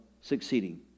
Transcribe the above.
succeeding